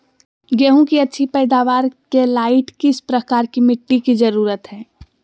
गेंहू की अच्छी पैदाबार के लाइट किस प्रकार की मिटटी की जरुरत है?